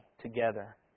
together